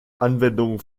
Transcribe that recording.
anwendung